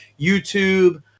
YouTube